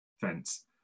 fence